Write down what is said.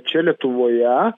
čia lietuvoje